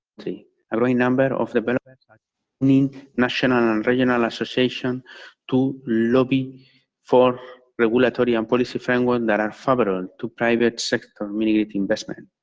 a great number of development i mean national and regional association to looking for regulatory and policy framework that are favorable to private sector immediate investment.